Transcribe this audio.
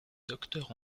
docteur